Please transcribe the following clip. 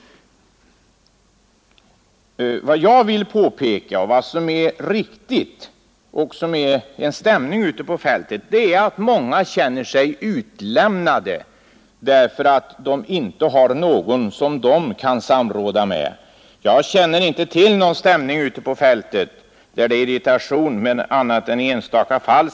Vad jag vill påpeka och som är riktigt är att, såsom stämningen ute på fältet visar, många känner sig utlämnade därför att de inte har någon som de kan samråda med. Jordbruksministern sade att han inte känner till någon irriterad stämning ute på fältet annat än i enstaka fall.